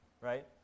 right